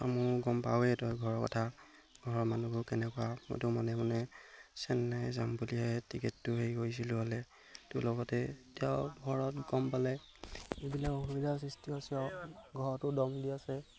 মোৰ গম পাওঁৱেই তই ঘৰৰ কথা ঘৰৰ মানুহবোৰ কেনেকুৱা মইতো মনে মনে চেন্নাই যাম বুলিহে টিকেটটো হেৰি কৰিছিলোঁ হ'লে তোৰ লগতে এতিয়া ঘৰত গম পালে এইবিলাক অসুবিধাৰ সৃষ্টি হৈছে আৰু ঘৰতো দম দি আছে